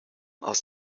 aus